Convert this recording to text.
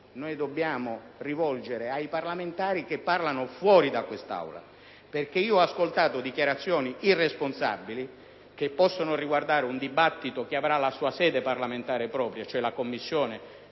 medesimo invito anche ai parlamentari che parlano fuori quest'Aula. Infatti, ho ascoltato dichiarazioni irresponsabili, che possono riguardare un dibattito che avrà la sua sede parlamentare propria, cioè le Commissioni